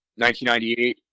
1998